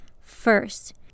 first